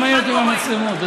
למה ירדו המצלמות?